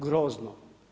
Grozno!